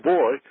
boy